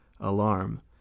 alarm